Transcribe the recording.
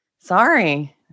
Sorry